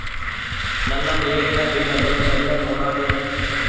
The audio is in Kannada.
ನನ್ನ ನೇರಿನ ಬಿಲ್ಲನ್ನು ಹೆಂಗ ನೋಡದು?